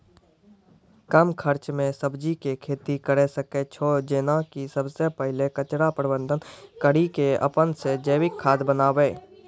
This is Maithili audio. कम खर्च मे सब्जी के खेती करै सकै छौ जेना कि सबसे पहिले कचरा प्रबंधन कड़ी के अपन से जैविक खाद बनाबे?